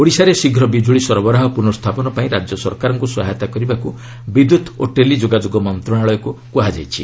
ଓଡ଼ିଶାରେ ଶୀଘ୍ର ବିଜୁଳି ସରବରାହ ପୁନଃ ସ୍ଥାପନ ପାଇଁ ରାଜ୍ୟ ସରକାରଙ୍କୁ ସହାୟତା କରିବାକୁ ବିଦ୍ୟୁତ୍ ଓ ଟେଲି ଯୋଗାଯୋଗ ମନ୍ତ୍ରଣାଳୟକୁ କୁହାଯାଇଛି